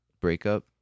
breakup